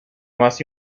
más